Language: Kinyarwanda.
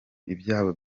ibyabo